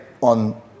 on